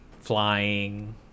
flying